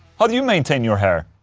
how do you maintain your hair?